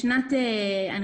לדוגמא, בשנת 2017